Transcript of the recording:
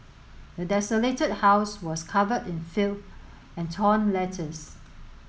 the desolated house was covered in filth and torn letters